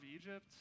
Egypt